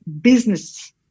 business